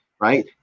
right